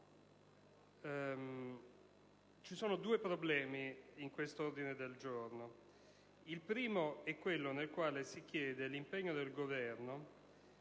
Ci sono due problemi in questo ordine del giorno, il primo dei quali è quello nel quale si chiede l'impegno del Governo